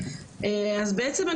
אז בעצם,